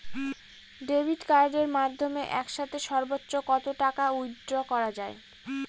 Debit কার্ডের মাধ্যমে একসাথে সর্ব্বোচ্চ কত টাকা উইথড্র করা য়ায়?